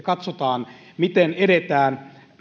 katsotaan miten edetään